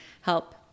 help